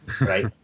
Right